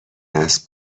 نصب